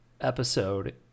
episode